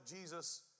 Jesus